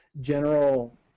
general